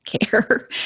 care